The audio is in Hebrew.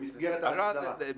כן, הוא מדבר על זה במסגרת ההסדרה.